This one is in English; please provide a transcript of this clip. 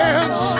Hands